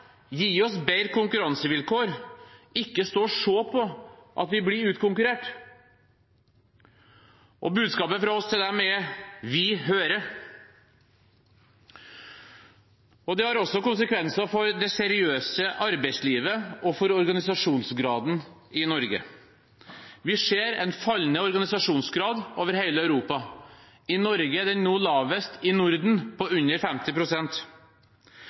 gi oss bedre konkurransevilkår, ikke stå og se på at vi blir utkonkurrert. Og budskapet fra oss til dem er: Vi hører. Det har også konsekvenser for det seriøse arbeidslivet og for organisasjonsgraden i Norge. Vi ser en fallende organisasjonsgrad over hele Europa. I Norge er den nå lavest i Norden, på under